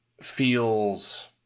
Feels